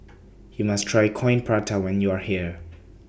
YOU must Try Coin Prata when YOU Are here